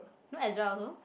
not as well also